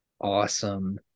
awesome